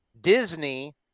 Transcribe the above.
Disney